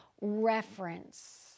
reference